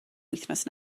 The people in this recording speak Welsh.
wythnos